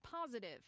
positive